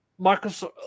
Microsoft